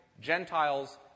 Gentiles